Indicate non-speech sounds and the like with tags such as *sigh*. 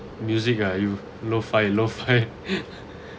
music ah you low fi~ low fi~ *laughs*